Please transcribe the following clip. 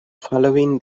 following